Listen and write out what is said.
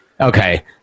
Okay